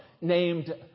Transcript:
named